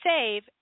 save